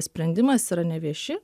sprendimas yra nevieši